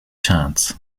chance